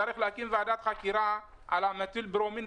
צריך להקים ועדת חקירה על המתיל ברומיד